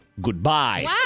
goodbye